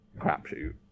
crapshoot